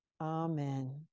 Amen